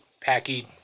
packy